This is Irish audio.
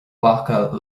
glacadh